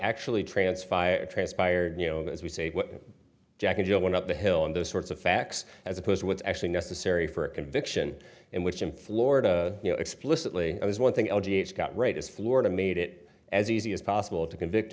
actually transpired transpired you know as we say jack and jill went up the hill and those sorts of facts as opposed to what's actually necessary for a conviction in which in florida you know explicitly it was one thing l g s got right as florida made it as easy as possible to convict